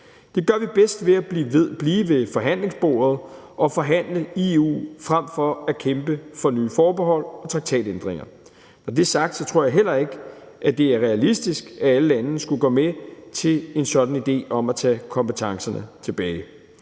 Det gør vi bedst ved at blive ved forhandlingsbordet og forhandle i EU frem for at kæmpe for nye forbehold og traktatændringer. Når det er sagt, tror jeg heller ikke, det er realistisk, at alle lande skulle gå med til en sådan idé om at tage kompetencerne tilbage.